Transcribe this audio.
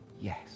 yes